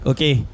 Okay